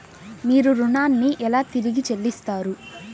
మీరు ఋణాన్ని ఎలా తిరిగి చెల్లిస్తారు?